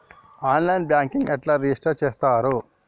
On line banking ఎట్లా register చేత్తరు?